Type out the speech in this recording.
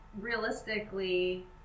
realistically